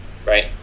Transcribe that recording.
Right